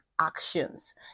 actions